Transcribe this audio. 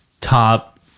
top